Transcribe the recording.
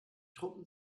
truppen